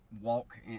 walk